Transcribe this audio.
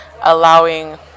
allowing